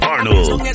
Arnold